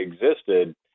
existed